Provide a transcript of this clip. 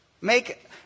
Make